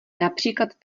například